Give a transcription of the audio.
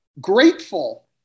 grateful